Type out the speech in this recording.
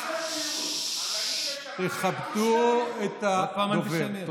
תכבדו את הדובר.